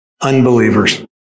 unbelievers